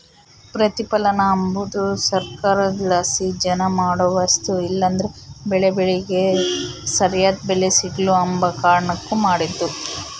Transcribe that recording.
ಪ್ರತಿಪಲನ ಅಂಬದು ಸರ್ಕಾರುದ್ಲಾಸಿ ಜನ ಮಾಡೋ ವಸ್ತು ಇಲ್ಲಂದ್ರ ಬೆಳೇ ಬೆಳಿಗೆ ಸರ್ಯಾದ್ ಬೆಲೆ ಸಿಗ್ಲು ಅಂಬ ಕಾರಣುಕ್ ಮಾಡಿದ್ದು